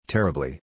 Terribly